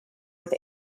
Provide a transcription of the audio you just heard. with